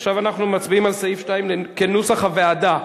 עכשיו אנחנו מצביעים על סעיף 2 כנוסח הוועדה.